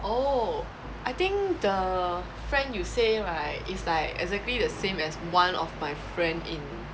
oh I think the friend you say right is like exactly the same as one of my friend in